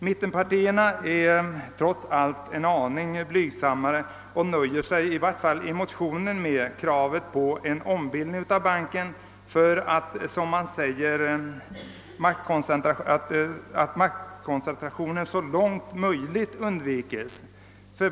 Mittenpartierna är trots allt en aning blygsammare än högern och nöjer sig — åtminstone i motionen — med kravet på en ombildning av banken, så att »maktkoncentration så långt möjligt undvikes».